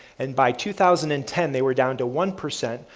and by two thousand and ten, they were down to one percent,